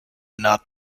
not